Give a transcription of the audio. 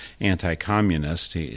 anti-communist